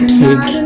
take